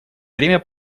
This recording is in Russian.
время